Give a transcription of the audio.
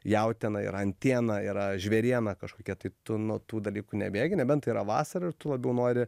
jautiena yra antiena yra žvėriena kažkokia tai tu nuo tų dalykų nebėgi nebent tai yra vasara ir tu labiau nori